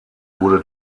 wurde